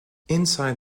inside